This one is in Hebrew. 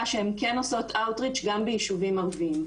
שהן כן עושות outreach גם ביישובים ערביים,